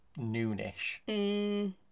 noonish